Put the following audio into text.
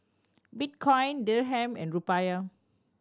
Bitcoin Dirham and Rupiah